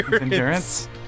Endurance